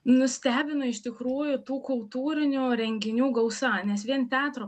nustebino iš tikrųjų tų kultūrinių renginių gausa nes vien teatro